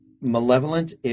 malevolent